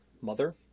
Mother